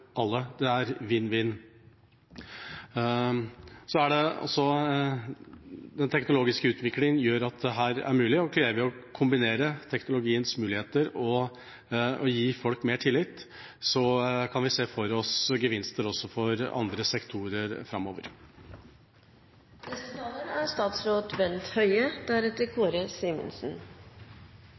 alle. Det er vinn-vinn. Den teknologiske utviklingen gjør at dette er mulig, og greier vi å kombinere teknologiens muligheter og å gi folk mer tillit, kan vi se for oss gevinster også for andre sektorer framover. Jeg er